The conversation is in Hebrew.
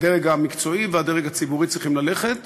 הדרג המקצועי והדרג הציבורי צריכים ללכת